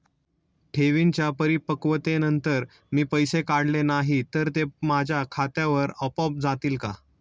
ठेवींच्या परिपक्वतेनंतर मी पैसे काढले नाही तर ते माझ्या खात्यावर आपोआप जातील का?